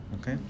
okay